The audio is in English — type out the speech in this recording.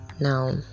now